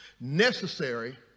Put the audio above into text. necessary